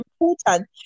important